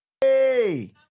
Hey